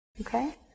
Okay